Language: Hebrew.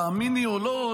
תאמיני או לא,